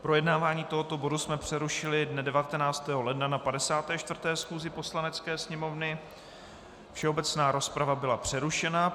Projednávání tohoto bodu jsme přerušili dne 19. ledna na 54. schůzi Poslanecké sněmovny, všeobecná rozprava byla přerušena.